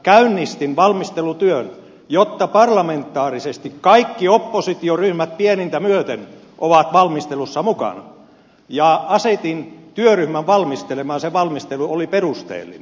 käynnistin valmistelutyön jotta parlamentaarisesti kaikki oppositioryhmät pienintä myöten ovat valmistelussa mukana ja asetin työryhmän valmistelemaan ja se valmistelu oli perusteellinen